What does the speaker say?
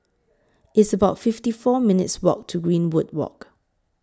It's about fifty four minutes' Walk to Greenwood Walk